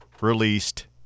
released